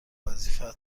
وظیفه